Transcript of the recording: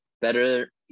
better